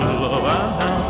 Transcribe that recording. love